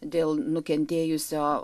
dėl nukentėjusio